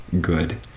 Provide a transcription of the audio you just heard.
good